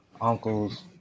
uncles